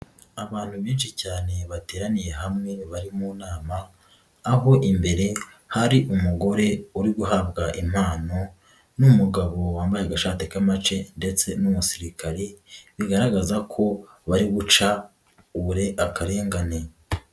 Abantu benshi cyane bateraniye hamwe bari mu nama, aho imbere hari umugore uri guhabwa impano n'umugabo wambaye agashate k'amace ndetse n'umusirikare bigaragaza ko bari buca akarengane.